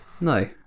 no